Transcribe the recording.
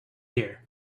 here